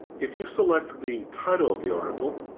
if you select the title of the article,